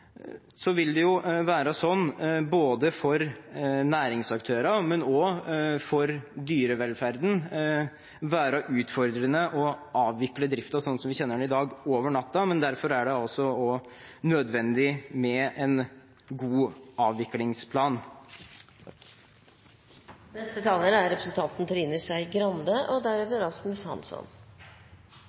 Så vil det, både for næringsaktørene og for dyrevelferden, være utfordrende å avvikle driften sånn som vi kjenner den i dag, over natten, men derfor er det altså også nødvendig med en god avviklingsplan. Utgangspunktet for interpellasjonen, som jeg er